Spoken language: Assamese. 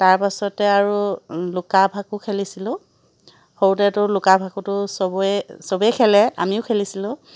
তাৰপাছতে আৰু লুকা ভাকু খেলিছিলোঁ সৰুতেতো লুকা ভাকুটো চবৰে চবেই খেলে আমিও খেলিছিলোঁ